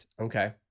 Okay